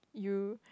you